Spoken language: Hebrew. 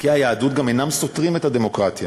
ערכי היהדות גם אינם סותרים את הדמוקרטיה.